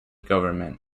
government